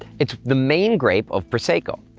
it's the main grape of prosecco.